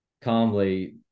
calmly